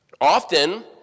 often